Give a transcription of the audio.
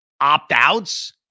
opt-outs